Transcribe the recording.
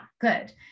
good